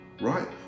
Right